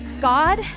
God